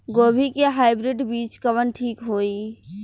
गोभी के हाईब्रिड बीज कवन ठीक होई?